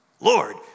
lord